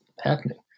happening